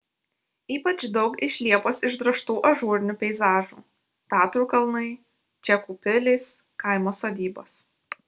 ypač daug iš liepos išdrožtų ažūrinių peizažų tatrų kalnai čekų pilys kaimo sodybos